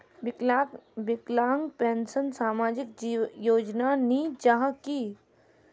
विकलांग पेंशन सामाजिक योजना नी जाहा की?